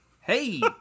Hey